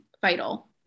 vital